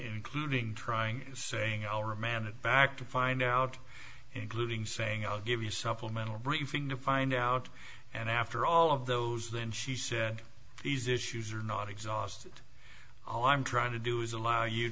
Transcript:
including trying saying our man at back to find out including saying i'll give you supplemental briefing to find out and after all of those then she said these issues are not exhausted all i'm trying to do is allow you